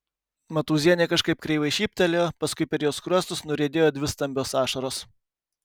matūzienė kažkaip kreivai šyptelėjo paskui per jos skruostus nuriedėjo dvi stambios ašaros